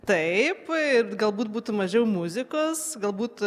taip ir galbūt būtų mažiau muzikos galbūt